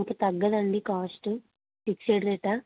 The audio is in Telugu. ఇంక తగ్గదా అండి కాస్ట్ ఫిక్స్డ్ రేటా